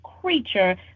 creature